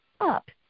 up